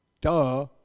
Duh